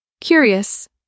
Curious